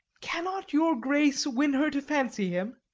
cannot your grace win her to fancy him?